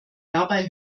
dabei